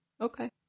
okay